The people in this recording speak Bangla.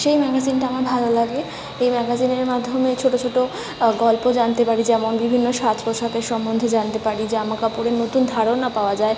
সেই ম্যাগাজিনটা আমার ভালো লাগে এই ম্যাগাজিনের মাধ্যমে ছোট ছোট গল্প জানতে পারি যেমন বিভিন্ন সাজ পোশাকের সম্বন্ধে জানতে পারি জামাকাপড়ের নতুন ধারণা পাওয়া যায়